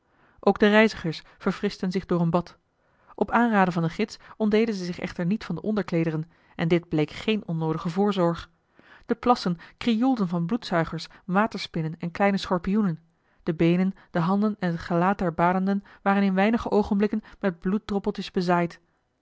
ook de reizigers verfrischten zich door een bad op aanraden van den gids ontdeden ze zich echter niet van de onderkleederen en dit bleek geen onnoodige voorzorg de plassen krioelden van bloedzuigers waterspinnen en kleine schorpioenen de beenen de handen en het gelaat der badenden eli heimans willem roda waren in weinige oogenblikken met bloeddroppeltjes bezaaid